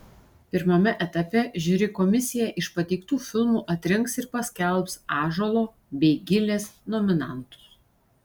pirmame etape žiuri komisija iš pateiktų filmų atrinks ir paskelbs ąžuolo bei gilės nominantus